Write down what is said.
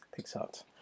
PixArt